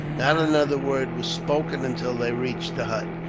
not another word was spoken, until they reached the hut,